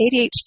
ADHD